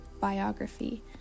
biography